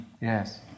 Yes